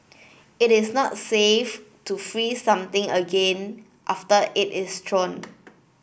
it is not safe to freeze something again after it is thawed